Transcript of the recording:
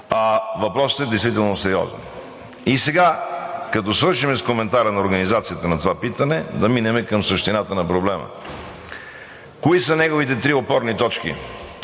а въпросите са действително сериозни. И сега, като свършим с коментара на организацията на това питане, да минем към същината на проблема. Кои са неговите три опорни точки?